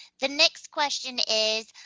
the next question is,